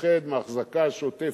מפחד מהאחזקה השוטפת.